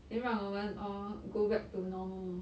then 让我们 all go back to normal